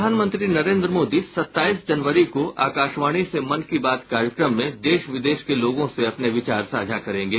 प्रधानमंत्री नरेन्द्र मोदी सत्ताईस जनवरी को आकाशवाणी से मन की बात कार्यक्रम में देश विदेशों के लोगों से अपने विचार साझा करेंगे